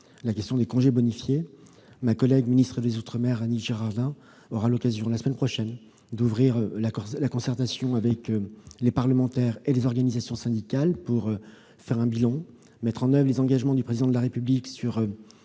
la question des congés bonifiés, ma collègue Annick Girardin, ministre des outre-mer, aura l'occasion, la semaine prochaine, d'ouvrir une concertation avec les parlementaires et les organisations syndicales pour établir un bilan et mettre en oeuvre les engagements du Président de la République en